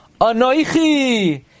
Anoichi